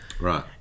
Right